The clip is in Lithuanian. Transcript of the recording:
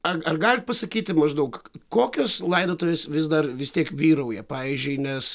ar ar galit pasakyti maždaug kokios laidotuvės vis dar vis tiek vyrauja pavyzdžiui nes